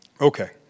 Okay